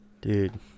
dude